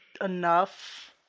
enough